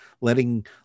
letting